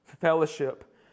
fellowship